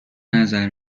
نظر